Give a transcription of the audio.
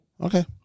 Okay